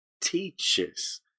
teaches